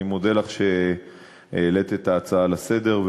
אני מודה לך על שהעלית את ההצעה לסדר-היום